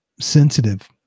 sensitive